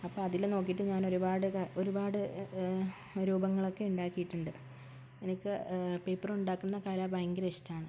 അപ്പോൾ അതിൽ നോക്കിയിട്ട് ഞാൻ ഒരുപാട് ഒരുപാട് രൂപങ്ങളൊക്കെ ഉണ്ടാക്കിയിട്ടുണ്ട് എനിക്ക് പേപ്പറുണ്ടാക്കുന്ന കല ഭയങ്കര ഇഷ്ടമാണ്